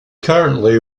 currently